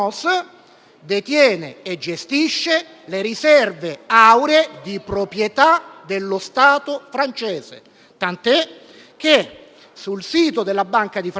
detiene e gestisce le riserve auree di proprietà dello Stato francese; tant'è che sul sito della Banque de France